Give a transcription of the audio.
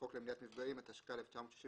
החוק למניעת מפגעים, התשכ"א-1961."